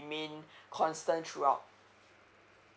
remain constant throughout